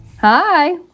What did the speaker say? Hi